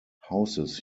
houses